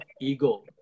ego